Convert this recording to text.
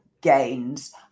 gains